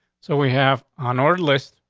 so we have on order list.